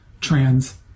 Trans